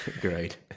great